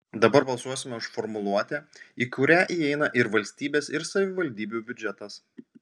dabar balsuosime už formuluotę į kurią įeina ir valstybės ir savivaldybių biudžetas